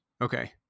Okay